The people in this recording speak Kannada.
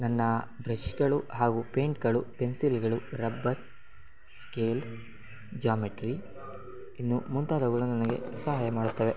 ನನ್ನ ಬ್ರೆಷ್ಗಳು ಹಾಗೂ ಪೇಂಯ್ಟ್ಗಳು ಪೆನ್ಸಿಲ್ಗಳು ರಬ್ಬರ್ ಸ್ಕೇಲ್ ಜಾಮಿಟ್ರಿ ಇನ್ನೂ ಮುಂತಾದವುಗಳು ನನಗೆ ಸಹಾಯ ಮಾಡುತ್ತವೆ